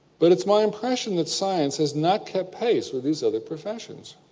but it's my impression that science has not kept pace with these other professions.